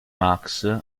max